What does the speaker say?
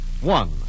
One